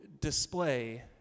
display